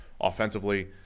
offensively